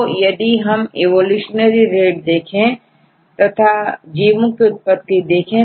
तो यदि हम इवोल्यूशनरी रेट देखें या जीवो की उत्पत्ति देखें